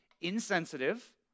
insensitive